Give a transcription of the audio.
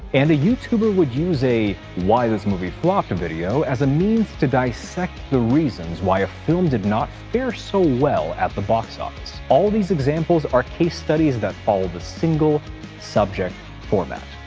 and a youtuber would use a why this movie flopped video as a means to dissect the reasons why a film did not fare so well at the box office. all these examples are case studies that follow the single subject format.